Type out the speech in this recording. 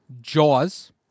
Jaws